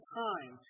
time